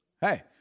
hey